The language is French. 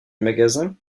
magasin